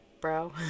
bro